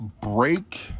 break